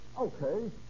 Okay